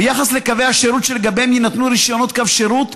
ביחס לקווי השירות שלגביהם יינתנו רישיונות קו שירות,